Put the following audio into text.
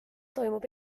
toimub